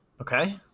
Okay